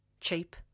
cheap